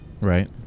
Right